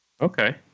Okay